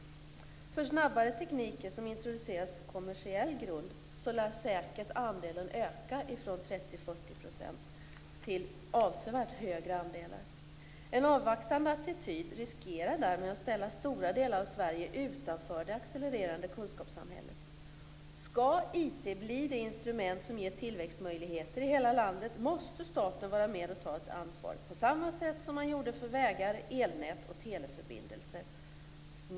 För snabbare tekniker som introduceras på kommersiell grund lär säkert andelen öka från 30-40 % till avsevärt högre andelar. En avvaktande attityd riskerar därmed att ställa stora delar av Sverige utanför det accelererande kunskapssamhället. Skall IT bli det instrument som ger tillväxtmöjligheter i hela landet måste staten vara med och ta ett ansvar, på samma sätt som man gjorde för vägar, elnät och teleförbindelser.